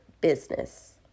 business